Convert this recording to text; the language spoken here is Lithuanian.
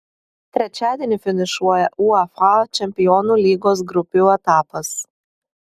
trečiadienį finišuoja uefa čempionų lygos grupių etapas